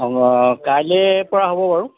অঁ কাইলৈ পৰা হ'ব বাৰু